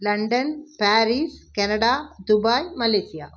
London Paris Canada Dubai Malaysia